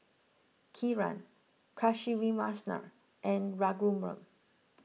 Kiran Kasiviswanathan and Raghuram